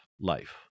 life